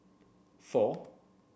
four